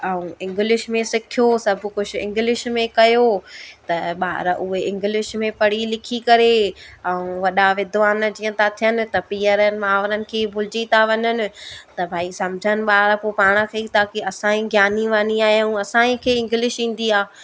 ऐं इंग्लिश में सिखियो सभु कुझु इंग्लिश में कयो त ॿार उहे इंग्लिश में पढ़ी लिखी करे ऐं वॾा विधवान जीअं था थियनि त पीअरनि माइरुनि खे भुलिजी था वञनि त भाई सम्झनि ॿार पोइ पाण खे ई था की असां ई ज्ञानी व्यानी आहियूं असाईं खे इंग्लिश ईंदी आहे